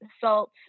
salt